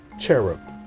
Cherub